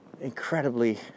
incredibly